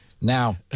Now